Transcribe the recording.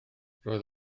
roedd